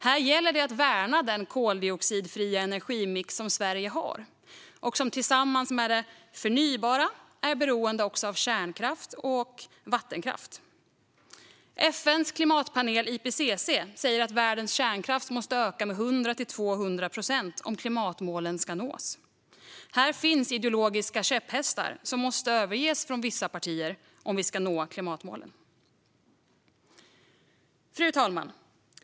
Här gäller det att värna den koldioxidfria energimix som Sverige har och som tillsammans med det förnybara är beroende av kärnkraft och vattenkraft. FN:s klimatpanel IPCC säger att världens kärnkraft måste öka med 100-200 procent om klimatmålen ska nås. Här finns ideologiska käpphästar som vissa partier måste överge om vi ska nå klimatmålen. Fru talman!